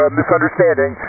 misunderstanding